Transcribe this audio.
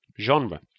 genre